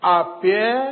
appear